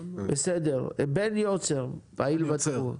בסדר, בן יוצר פעיל בתחום.